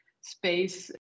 space